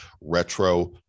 Retro